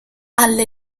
alla